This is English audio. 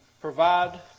provide